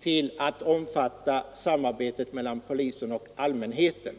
till att omfatta samarbetet mellan polisen och allmänheten.